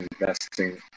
investing